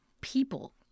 People